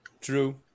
True